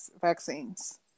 vaccines